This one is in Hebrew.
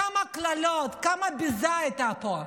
כמה קללות, כמה ביזוי היה פה.